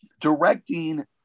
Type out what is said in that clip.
directing